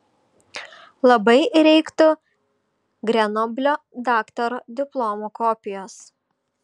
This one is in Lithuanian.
labai reiktų grenoblio daktaro diplomo kopijos